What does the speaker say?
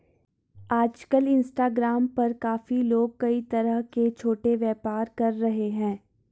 आजकल इंस्टाग्राम पर काफी लोग कई तरह के छोटे व्यापार कर रहे हैं